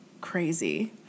crazy